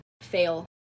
fail